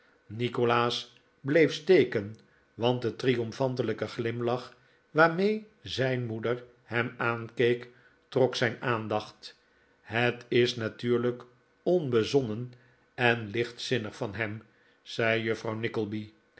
nikolaas bleef steken want de triomfantelijke glimlach waarmee zijn moeder hem aankeek trok zijn aandacht het is natuurlijk onbezonnen en lichtzinnig van hem zei juffrouw